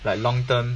like long term